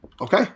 Okay